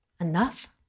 enough